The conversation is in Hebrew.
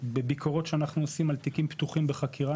בביקורות שאנחנו עושים על תיקים פתוחים בחקירה,